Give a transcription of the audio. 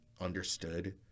understood